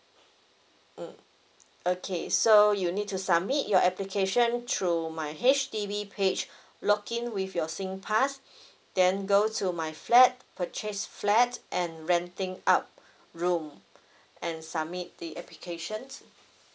mm okay so you need to submit your application through my H_D_B page login with your singpass then go to my flat purchased flat and renting out room and submit the applications